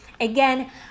Again